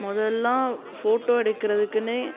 மொதெல்லலாம் photo எடுக்கிறதுக்குன்னே